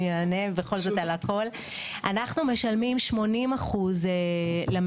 אנחנו משלמים כ-80% מערך של יחידות